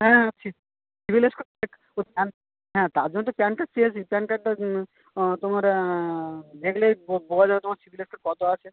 হ্যাঁ আছি CIBIL score এ ওই প্যান হ্যাঁ তার জন্য তো প্যান কার্ড চেয়েছি প্যান কার্ডটা তোমার দেখলেই বোঝা যাবে তোমার সিবিল স্কোর কত আছে